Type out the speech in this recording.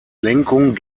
lenkung